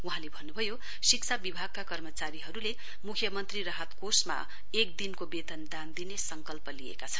वहाँले भन्नुभयो शिक्षा विभागका कर्मचारीहरूले मुख्यमन्त्री राहत कोषमा एक दिनको वेतन दान दिने संकल्प लिएका छन्